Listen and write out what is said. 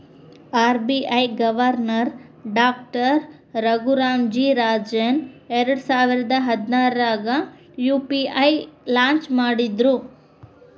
RBI governor doctor Raghuram G Rajan ಎರಡಸಾವಿರ ಹದ್ನಾರಾಗ UPI launch ಮಾಡಿದ್ರು